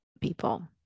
people